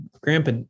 grandpa